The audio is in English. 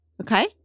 Okay